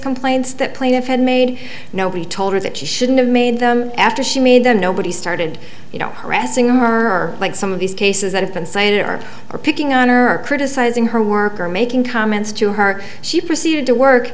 complaints that plaintiff had made nobody told her that she shouldn't have made them after she made them nobody started you know pressing on her like some of these cases that have been signed or are picking on or criticizing her work or making comments to her she proceeded to work